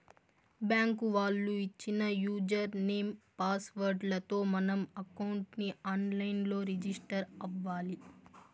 bank వాళ్ళు ఇచ్చిన user name, password లతో మనం అకౌంట్ ని ఆన్ లైన్ లో రిజిస్టర్ అవ్వాలి